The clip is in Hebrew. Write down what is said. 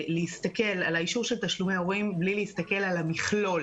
להסתכל על האישור של תשלומי הורים בלי להסתכל על המכלול,